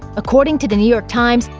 according to the new york times,